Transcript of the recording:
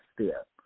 step